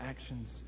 actions